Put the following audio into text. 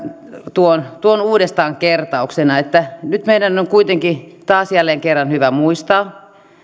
tuon tuon uudestaan kertauksena nyt meidän on kuitenkin taas jälleen kerran hyvä muistaa